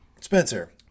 Spencer